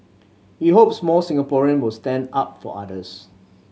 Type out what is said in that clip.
he hopes more Singaporean will stand up for others